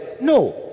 No